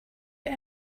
you